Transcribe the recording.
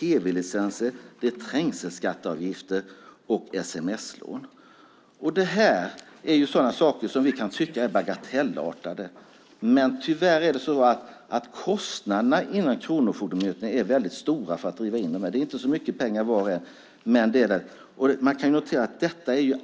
tv-licenser, trängselskatteavgifter och sms-lån. Det är sådant som vi kan tycka är bagatellartat, men tyvärr är Kronofogdemyndighetens kostnader för att driva in dem mycket höga. Det handlar inte om så mycket pengar i de enskilda fallen men sammantaget blir det mycket.